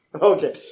Okay